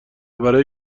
برای